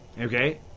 Okay